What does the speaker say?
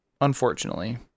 Unfortunately